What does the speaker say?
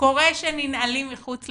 קורה שננעלים מחוץ לדלת.